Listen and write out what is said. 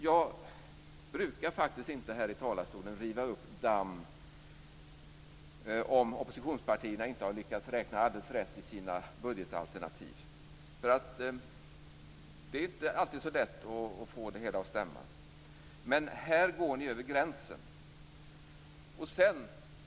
Jag brukar faktiskt inte här i talarstolen riva upp damm om oppositionspartierna inte har lyckats räkna alldeles rätt i sina budgetalternativ. Det är inte alltid så lätt att få det hela att stämma. Men här går ni över gränsen.